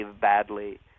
badly